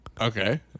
Okay